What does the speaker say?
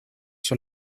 sur